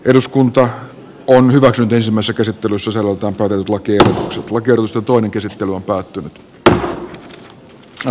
eduskunta on hyväksynyt omassa käsittelyssä salolta hakeutua kela pudotusta toinen voittaa on lakiehdotukset hylätty